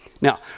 Now